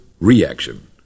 reaction